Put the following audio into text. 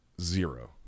Zero